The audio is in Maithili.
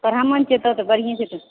ब्राम्हणके तऽ बढ़िए हेतै